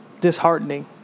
disheartening